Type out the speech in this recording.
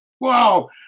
wow